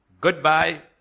Goodbye